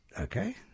okay